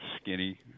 skinny